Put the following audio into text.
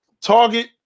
Target